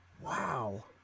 Wow